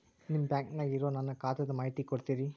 ನಿಮ್ಮ ಬ್ಯಾಂಕನ್ಯಾಗ ಇರೊ ನನ್ನ ಖಾತಾದ ಮಾಹಿತಿ ಕೊಡ್ತೇರಿ?